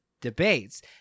debates